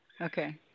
Okay